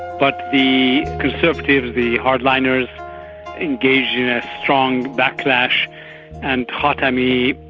but the conservatives, the hardliners engaged in a strong backlash and khatami,